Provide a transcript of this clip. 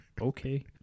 okay